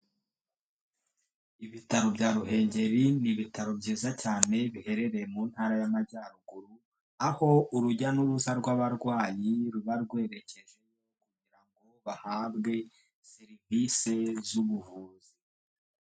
Ibitaro bya Ruhengeri ni ibitaro byiza cyane biherereye mu ntara y'Amajyaruguru aho urujya n'uruza rw'abarwayi ruba rwerekeje kugira ngo bahabwe serivise z'ubuvuzi.